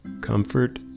comfort